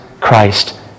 Christ